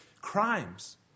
crimes